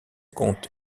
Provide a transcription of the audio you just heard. compte